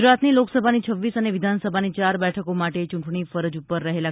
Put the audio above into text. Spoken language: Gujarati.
ગુજરાતની લોકસભાની છવ્વીસ અને વિધાનસભાની ચાર બેઠકો માટે ચૂંટણી ફરજ પર રહેલા